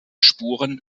spuren